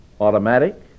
automatic